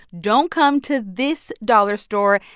don't come to this dollar store.